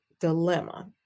dilemma